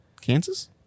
Kansas